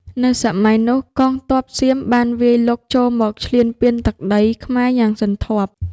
នៅសម័យនោះ កងទ័ពសៀមបានវាយលុកចូលមកឈ្លានពានទឹកដីខ្មែរយ៉ាងសន្ធាប់។